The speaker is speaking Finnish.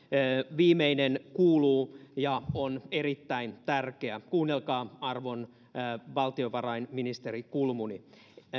viimeinen kuuluu ja on erittäin tärkeä kuunnelkaa arvon valtiovarainministeri kulmuni